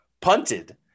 punted